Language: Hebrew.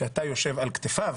שאתה יושב על כתפיו